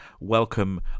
Welcome